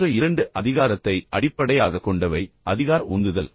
மற்ற 2 அதிகாரத்தை அடிப்படையாகக் கொண்டவை அதிகார உந்துதல்